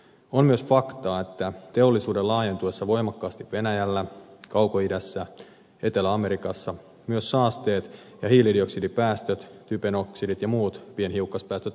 on myös faktaa että teollisuuden laajentuessa voimakkaasti venäjällä kaukoidässä etelä amerikassa myös saasteet ja hiilidioksidipäästöt typen oksidit ja muut pienhiukkaspäästöt lisääntyvät